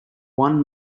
one